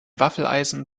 waffeleisen